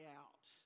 out